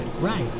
Right